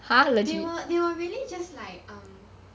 they will they will really just like um